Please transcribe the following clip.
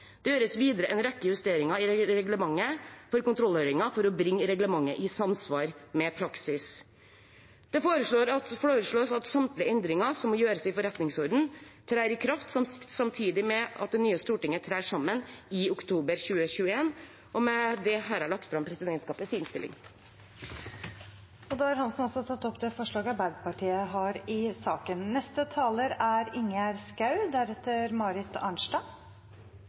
Det gjøres videre en rekke justeringer i reglementet for kontrollhøringer for å bringe reglementet i samsvar med praksis. Det foreslås at samtlige endringer som må gjøres i forretningsordenen, trer i kraft samtidig med at det nye stortinget trer sammen i oktober 2021. Med dette har jeg lagt fram presidentskapets innstilling. Da har første visepresident Eva Kristin Hansen tatt opp de forslagene hun refererte til. Takk til saksordføreren i denne saken for en grundig gjennomgang av det som har vært presidentskapets behandling av denne saken.